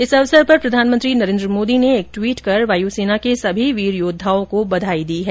इस अवसर पर प्रधानमंत्री नरेन्द्र मोदी ने एक ट्वीट कर वायु सेना के सभी वीर योद्दाओं को बधाई दी है